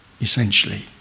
essentially